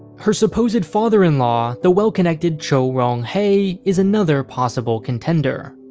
her supposed father-in-law, the well-connected choe ryong hae is another possible contender.